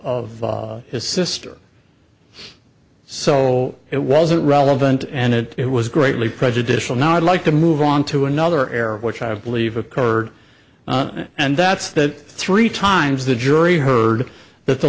of his sister so it wasn't relevant and it was greatly prejudicial now i'd like to move on to another error which i believe occurred and that's that three times the jury heard that